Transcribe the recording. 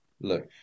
Look